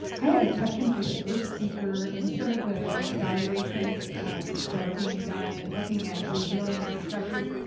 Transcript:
i had a question for the first speaker and some of the evaluations that are being done and looking at resilience of structures.